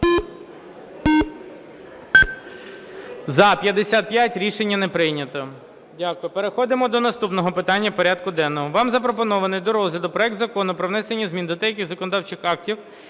За-55 Рішення не прийнято.